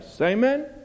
Amen